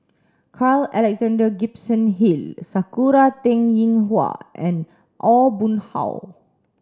Carl Alexander Gibson Hill Sakura Teng Ying Hua and Aw Boon Haw